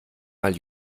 mal